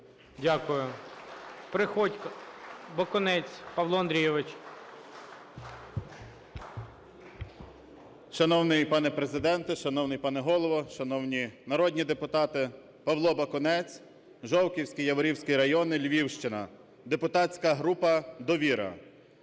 Дякую. Приходько. Бакунець Павло Андрійович. 19:26:51 БАКУНЕЦЬ П.А. Шановний пане Президенте, шановний пане Голово, шановні народні депутати! Павло Бакунець, Жовківський, Яворівський райони, Львівщина, депутатська група "Довіра".